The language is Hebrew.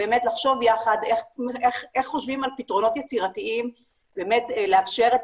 לחשוב יחד איך חושבים על פתרונות יצירתיים באמת לאפשר את